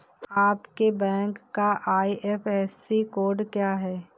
आपके बैंक का IFSC code क्या है?